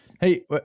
Hey